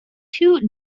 two